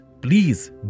please